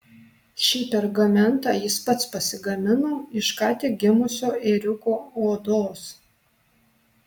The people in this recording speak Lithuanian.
šį pergamentą jis pats pasigamino iš ką tik gimusio ėriuko odos